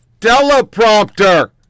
teleprompter